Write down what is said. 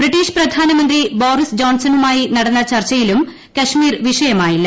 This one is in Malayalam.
ബ്രിട്ടീഷ് പ്രധാനമന്ത്രി ബൊറീസ് ജോൺസണുമായി നടന്ന ചർച്ചയിലും കശ്മീർ വിഷയമായില്ല